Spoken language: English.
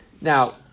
Now